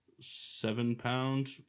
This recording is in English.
seven-pound